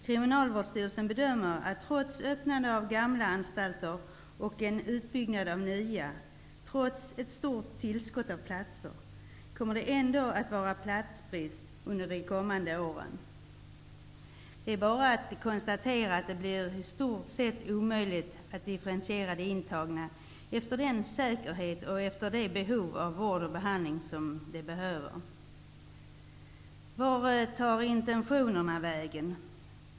Kriminalvårdsstyrelsen bedömer att trots öppnandet av gamla anstalter och en utbyggnad av nya anstalter, som innebär ett stort tillskott av platser, kommer det ändå att råda platsbrist under de kommande åren. Det är bara att konstatera att det i stort sett blir omöjligt att differentiera de intagna efter säkerhetsbehov och efter de intagnas behov av vård och behandling. Vart tog intentionerna vägen?